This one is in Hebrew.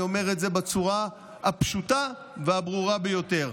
אני אומר את זה בצורה הפשוטה והברורה ביותר.